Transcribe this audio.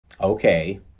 Okay